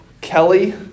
Kelly